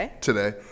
today